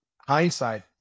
hindsight